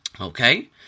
okay